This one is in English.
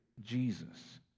Jesus